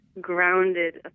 grounded